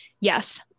Yes